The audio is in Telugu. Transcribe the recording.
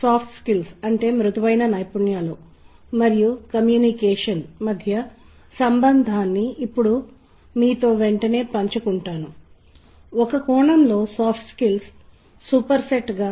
కాబట్టి మీకు ఈ నేపథ్యాన్ని అందించడం ద్వారా మనం ఏమి చూడబోతున్నాం అనే దాని యొక్క అవలోకనాన్ని మీకు త్వరగా అందిస్తాను